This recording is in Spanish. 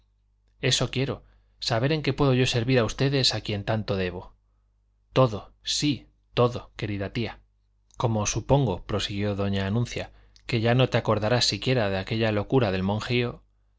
eso quiero saber en qué puedo yo servir a ustedes a quien tanto debo todo sí todo querida tía como supongo prosiguió doña anuncia que ya no te acordarás siquiera de aquella locura del monjío